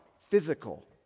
physical